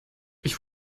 ich